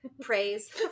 praise